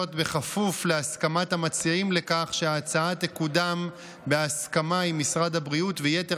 בכפוף להסכמת המציעים לכך שההצעה תקודם בהסכמה עם משרד הבריאות ויתר